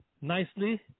nicely